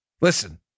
Listen